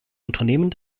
unternehmen